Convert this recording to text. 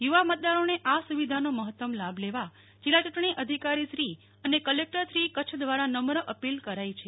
યુવા મતદારોને આ સુવિધાનો મહત્તમ લાભ લેવા જિલ્લા યૂંટણી અધિકારીશ્રી અને કલેક્ટરશ્રી કચ્છ દ્વારા નમ્ર અપીલ કરાઇ છે